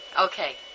Okay